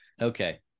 Okay